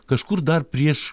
kažkur dar prieš